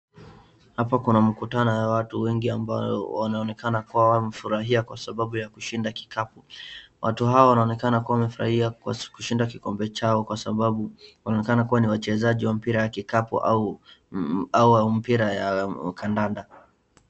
Hapa kuna mkutano ya watu wengi ambao wanaonekana kuwa wamefurahia kwa sababu ya kushinda kikapu. Watu hawa wanaonekana kuwa wamefurahia kushinda kikombe chao kwa sababu wanaonekana kuwa ni wachezaji wa mpira ya kikapu au mpira ya kadada.